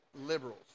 liberals